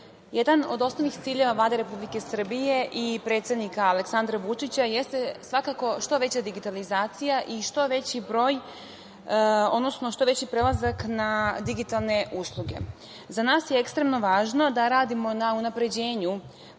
jedan od osnovnih ciljeva Vlade Republike Srbije i predsednika Aleksandra Vučića jeste svakako što veća digitalizacija i što veći broj, odnosno što veći prelazak na digitalne usluge.Za nas je ekstremno važno da radimo na unapređenju